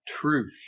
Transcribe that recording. truth